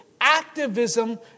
activism